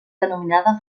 denominada